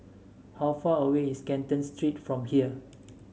how far away is Canton Street from here